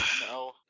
No